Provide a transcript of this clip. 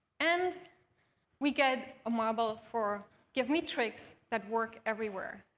and we get a marble for give me tricks that work everywhere,